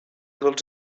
dels